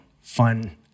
fun